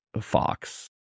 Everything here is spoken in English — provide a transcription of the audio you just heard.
fox